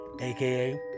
aka